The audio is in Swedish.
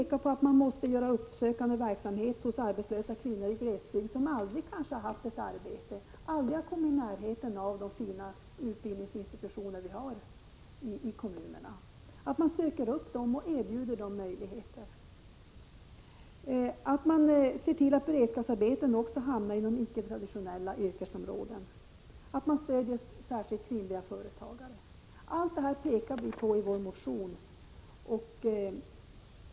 Vi framhåller att man måste ägna sig åt uppsökande verksamhet hos arbetslösa kvinnor i glesbygd, hos kvinnor som kanske aldrig haft ett arbete och som aldrig har kommit i närheten av de fina utbildningsinstitutioner vi har i kommunerna. Man bör söka upp dem och erbjuda dem olika möjligheter. Man måste se till att beredskapsarbeten inrättas också inom icke traditionella yrkesområden, och man bör särskilt stödja kvinnliga företagare. Allt detta föreslår vi i vår motion.